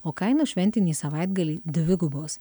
o kainos šventinį savaitgalį dvigubos